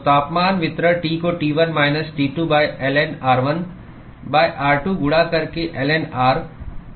तो तापमान वितरण T को T1 minus T2 ln r1 r2 गुणा करके ln r r2 plus T2 है